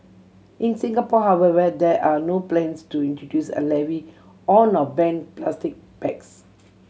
in Singapore however there are no plans to introduce a levy on or ban plastic bags